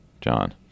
John